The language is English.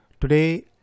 Today